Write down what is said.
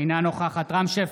אינה נוכחת רם שפע,